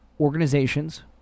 organizations